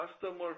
customer